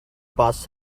past